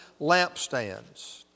lampstands